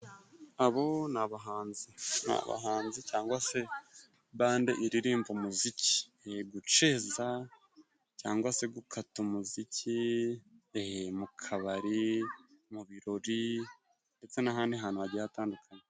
Abo ni abahanzi, ni abahanzi cyangwa se bande iririmba umuziki, iri guceza cyangwa se gukata umuziki, mu kabari, mu birori ndetse n'ahandi hantu hagiye hatandukanye.